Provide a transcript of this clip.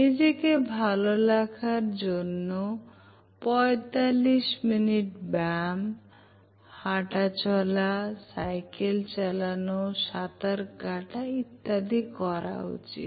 নিজেকে ভালো রাখার জন্য পঁয়তাল্লিশ মিনিট ব্যায়াম হাটাসাইকেল চালানো সাঁতার কাটা ইত্যাদিতে করা উচিত